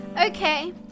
Okay